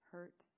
Hurt